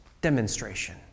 demonstration